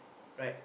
right